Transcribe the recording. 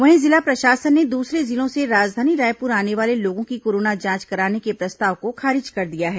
वहीं जिला प्रशासन ने दूसरे जिलों से राजधानी रायपुर आने वाले लोगों की कोरोना जांच कराने के प्रस्ताव को खारिज कर दिया है